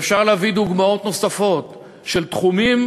ואפשר להביא דוגמאות נוספות של תחומים